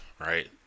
right